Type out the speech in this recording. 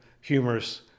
humorous